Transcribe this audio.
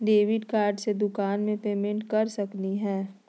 Debit card से दुकान में पेमेंट कर सकली हई?